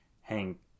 Hank